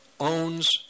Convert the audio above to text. owns